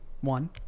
one